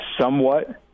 somewhat